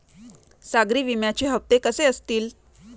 सागरी विम्याचे हप्ते कसे असतील?